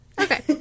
Okay